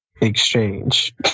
exchange